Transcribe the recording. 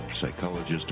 Psychologist